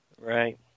Right